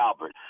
Albert